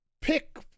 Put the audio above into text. pick